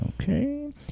Okay